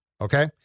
Okay